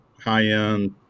high-end